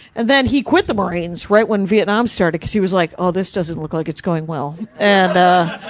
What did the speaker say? and then he quit the marines right when vietnam started because he was like, oh this doesn't look like it's going well. and ah,